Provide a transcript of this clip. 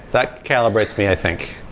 that calibrates me, i think.